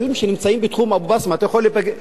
אתה יכול להיפגש, אני מציע לך,